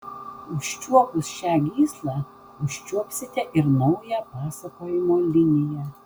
užčiuopus šią gyslą užčiuopsite ir naują pasakojimo liniją